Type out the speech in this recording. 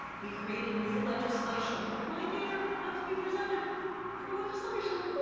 we created new legislation, my data got to be presented for legislation, woo,